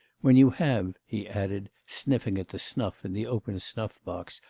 when you have he added, sniffing at the snuff in the open snuff-box,